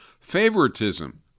Favoritism